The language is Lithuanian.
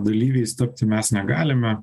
dalyviais tapti mes negalime